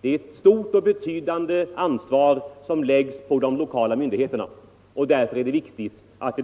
Det är ett stort och betydande ansvar som läggs på de lokala myndigheterna, och därför är det viktigt att